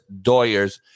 Doyers